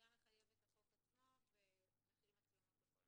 החוק עצמו ומכיל מצלמות בכל